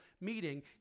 meeting